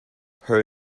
her